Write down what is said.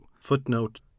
footnote